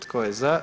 Tko je za?